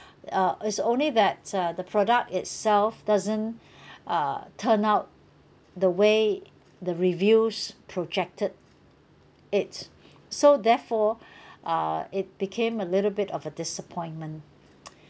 uh it's only that uh the product itself doesn't uh turn out the way the reviews projected it so therefore uh it became a little bit of a disappointment